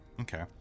Okay